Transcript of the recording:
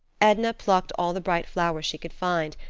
edna plucked all the bright flowers she could find,